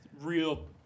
real